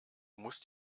musst